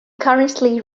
currently